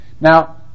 Now